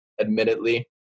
admittedly